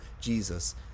jesus